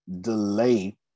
delay